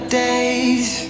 days